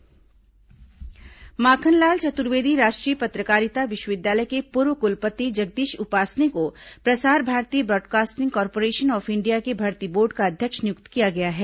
प्रसार भारती उपासने अध्यक्ष माखनलाल चतुर्वेदी राष्ट्रीय पत्रकारिता विश्वविद्यालय के पूर्व कुलपति जगदीश उपासने को Prasar Bharati broadcasting corporation of India के भर्ती बोर्ड का अध्यक्ष नियुक्त किया गया है